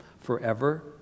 forever